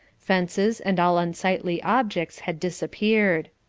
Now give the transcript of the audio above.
fences and all unsightly objects had disappeared.